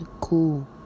Cool